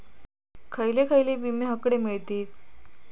खयले खयले विमे हकडे मिळतीत?